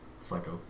psycho